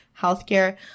Healthcare